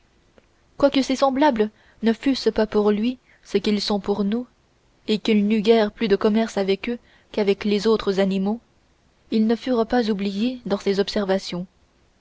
quoique ses semblables ne fussent pas pour lui ce qu'ils sont pour nous et qu'il n'eût guère plus de commerce avec eux qu'avec les autres animaux ils ne furent pas oubliés dans ses observations